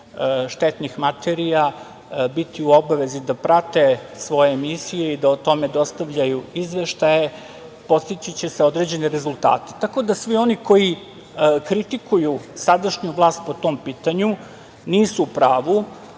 štetnih materija biti u obavezi da prate svoje emisije i da o tome dostavljaju izveštaje postići će se određeni rezultati. Tako da svi oni koji kritikuju sadašnju vlast po tom pitanju nisu u pravu.